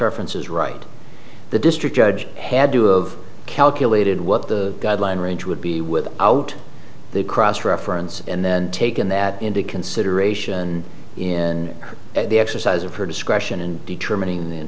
reference is right the district judge had to of calculated what the guideline range would be with out the cross reference and then taken that into consideration in the exercise of her discretion in determining